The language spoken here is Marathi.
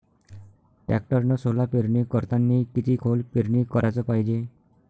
टॅक्टरनं सोला पेरनी करतांनी किती खोल पेरनी कराच पायजे?